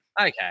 Okay